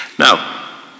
Now